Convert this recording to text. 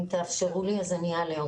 אם תאפשרו לי אז אני אעלה אותה.